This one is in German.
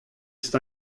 ist